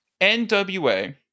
NWA